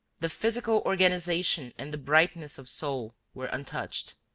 the physical organization and the brightness of soul were untouched.